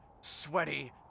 sweaty